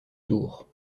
tours